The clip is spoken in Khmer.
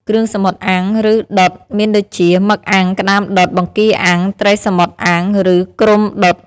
គ្រឿងសមុទ្រអាំង ឬដុត មានដូចជា មឹកអាំង ក្តាមដុត បង្គាអាំង ត្រីសមុទ្រអាំង ឬគ្រុំដុត ។